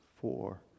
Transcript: four